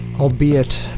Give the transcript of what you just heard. albeit